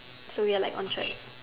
So we are like on chat